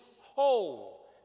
whole